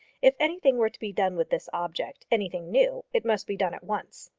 if anything were to be done with this object anything new it must be done at once.